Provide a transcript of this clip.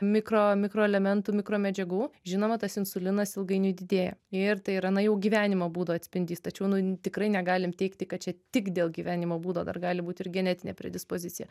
mikro mikro elementų mikromedžiagų žinoma tas insulinas ilgainiui didėja ir tai yra na jau gyvenimo būdo atspindys tačiau nu tikrai negalim teigti kad čia tik dėl gyvenimo būdo dar gali būt ir genetinė predispozicija